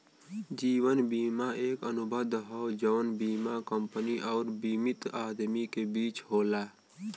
जीवन बीमा एक अनुबंध हौ जौन बीमा कंपनी आउर बीमित आदमी के बीच होला